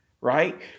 Right